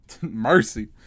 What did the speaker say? Mercy